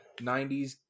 90s